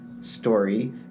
story